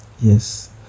yes